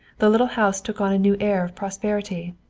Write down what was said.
the little house took on a new air of prosperity.